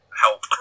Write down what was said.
help